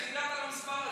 איך הגעת למספר הזה?